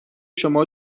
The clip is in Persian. شما